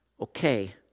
okay